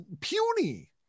puny